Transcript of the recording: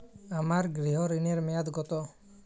আমার গৃহ ঋণের মেয়াদ কত?